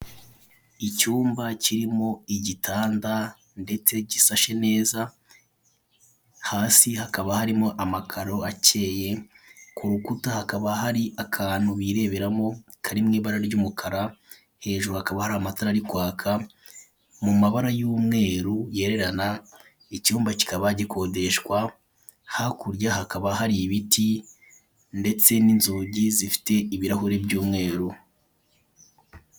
Icyumba kirimo igitanda ndetse gisashe neza, hasi hakaba harimo amakaro akeye, kurukuta hakaba hari akantu bireberamo kari mw'ibara ry'umukara, hejuru hakaba hari amatara arikwaka mu mabara y'umweru yererana, icyumba kikaba gikodeshwa, hakurya hakaba hari ibiti ndetse n'inzugi zifite ibirahure by'umweru.